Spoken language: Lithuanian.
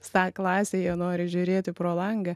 sa klasėje nori žiūrėti pro langą